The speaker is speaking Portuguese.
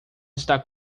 está